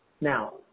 now